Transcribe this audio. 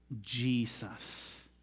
Jesus